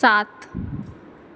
सात